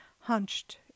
hunched